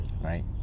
Right